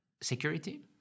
security